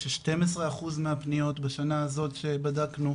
ש-12 אחוז מהפניות בשנה הזאת שבדקנו,